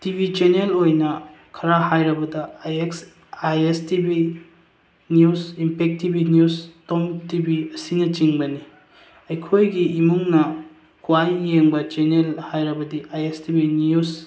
T V channel ꯑꯣꯏꯅ ꯈꯔ ꯍꯥꯏꯔꯕꯗ I S T V news Impact T V news Tom T V ꯑꯁꯤꯅꯆꯤꯡꯕꯅꯤ ꯑꯩꯈꯣꯏꯒꯤ ꯏꯃꯨꯡꯅ ꯈ꯭ꯋꯥꯏ ꯌꯦꯡꯕ ꯆꯦꯟꯅꯦꯜ ꯍꯥꯏꯔꯕꯗꯤ I S T V news